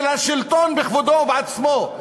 של השלטון בכבודו ובעצמו,